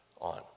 on